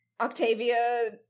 Octavia